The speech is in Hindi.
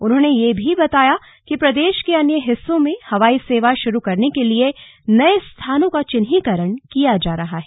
उन्होंने यह भी बताया कि प्रदेश के अन्य हिस्सो में हवाई सेवा शुरू करने के लिये नए स्थानों का चिन्हीकरण किया जा रहा है